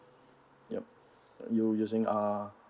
yup u~ using